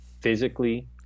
physically